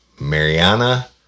Mariana